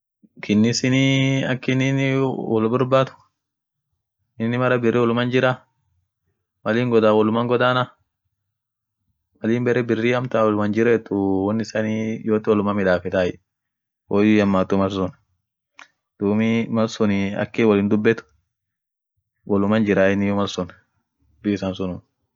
Kinnisinii akinninii wol borbaad inin mara birri woluman jirra, mal in godaan woluman godana, malin bere birri amtan woluman jirretuu won isanii yote woluman midafetay woyyu hihammatu malsun duumi malsunii akin wollin dubbet, woluman jirray inniyu malsun dubbi issan sunum.